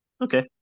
okay